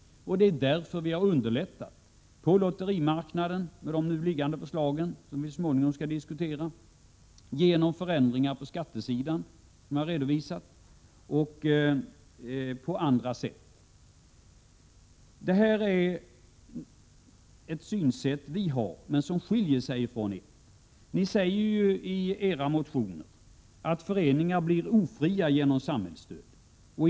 Vi har därför i de föreliggande förslagen, som vi så småningom skall diskutera, velat underlätta för föreningslivet när det gäller lotterier, genom förändringar på skattesidan som jag redovisat och även på andra sätt. Detta är vårt synsätt, och det skiljer sig från ert. Ni säger i era motioner att föreningarna blir ofria genom samhällsstödet.